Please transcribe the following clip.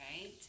Right